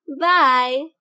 bye